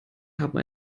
haben